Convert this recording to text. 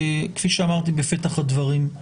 כפי שאמרתי בפתח הדברים,